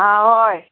आं हय